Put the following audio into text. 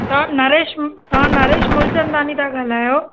तव्हां नरेश तव्हां नरेश मूलचंदानी था ॻाल्हायो